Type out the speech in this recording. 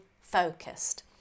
focused